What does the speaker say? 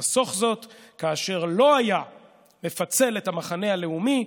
לחסוך זאת אם לא היה מפצל את המחנה הלאומי,